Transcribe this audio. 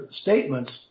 statements